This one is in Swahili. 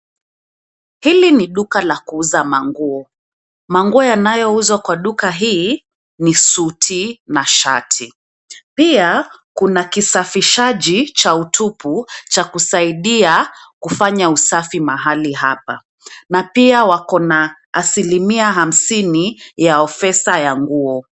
Hili ni duka la kuuza manguo, manguo yanayouzwa kwa duka hii, ni suti na shati, pia, kuna kisafishaji cha utupu, cha kusaidia, kufanya usafi mahali hapa, na pia wako na asilimia hamsini ya offers ya nguo.